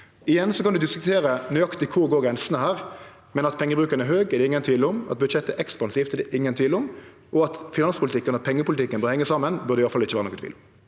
Igjen kan ein diskutere nøyaktig kor grensene for dette går, men at pengebruken er høg, er det ingen tvil om, at budsjettet er ekspansivt, er det ingen tvil om, og at finanspolitikken og pengepolitikken bør henge saman, bør det i alle fall ikkje vere nokon tvil om.